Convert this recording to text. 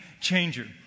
changer